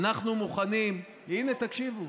הינה, תקשיבו: